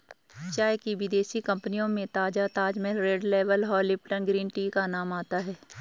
चाय की विदेशी कंपनियों में ताजा ताजमहल रेड लेबल और लिपटन ग्रीन टी का नाम आता है